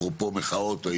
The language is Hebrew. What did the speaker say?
אפרופו מחאות,